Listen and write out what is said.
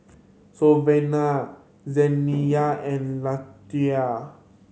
Savanna Zaniyah and Lethia